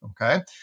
Okay